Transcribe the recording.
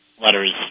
letters